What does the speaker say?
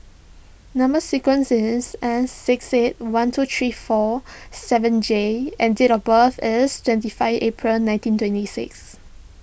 Number Sequence is S six eight one two three four seven J and date of birth is twenty five April nineteen twenty six